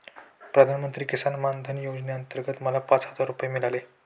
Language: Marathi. प्रधानमंत्री किसान मान धन योजनेअंतर्गत मला पाच हजार रुपये मिळाले